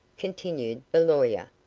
continued the lawyer.